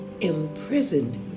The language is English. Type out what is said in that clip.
imprisoned